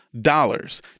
dollars